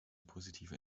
positive